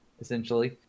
essentially